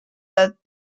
that